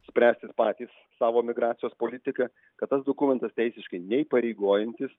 spręstis patys savo migracijos politiką kad tas dokumentas teisiškai neįpareigojantys